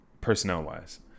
personnel-wise